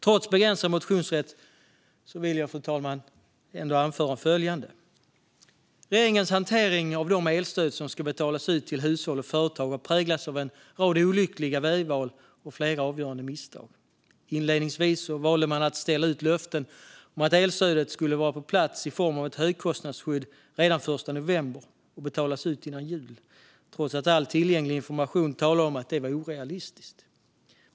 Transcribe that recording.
Trots begränsad motionsrätt vill jag anföra följande, fru talman: Regeringens hantering av de elstöd som ska betalas ut till hushåll och företag har präglats av en rad olyckliga vägval och flera avgörande misstag. Inledningsvis valde man att ställa ut löften om att elstödet skulle vara på plats i form av ett högkostnadsskydd redan den 1 november och betalas ut före jul, trots att all tillgänglig information talade om att detta var orealistiskt.